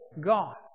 God